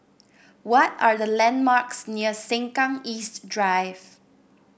what are the landmarks near Sengkang East Drive